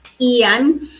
Ian